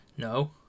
No